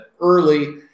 early